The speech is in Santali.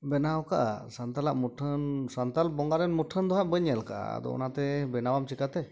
ᱵᱮᱱᱟᱣ ᱠᱟᱜᱼᱟ ᱥᱟᱱᱛᱟᱞᱟᱜ ᱢᱩᱴᱷᱟᱹᱱ ᱥᱟᱱᱛᱟᱞ ᱵᱚᱸᱜᱟᱨᱮᱱ ᱢᱩᱴᱷᱟᱹᱱ ᱫᱚ ᱦᱟᱸᱜ ᱵᱟᱹᱧ ᱧᱮᱞ ᱠᱟᱜᱼᱟ ᱟᱫᱚ ᱚᱱᱟᱛᱮ ᱵᱮᱱᱟᱣᱟᱢ ᱪᱤᱠᱟᱛᱮ